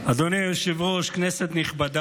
אדוני היושב-ראש, כנסת נכבדה,